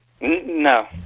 No